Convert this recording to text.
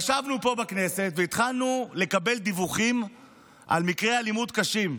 ישבנו פה בכנסת והתחלנו לקבל דיווחים על מקרי אלימות קשים.